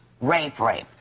rape-rape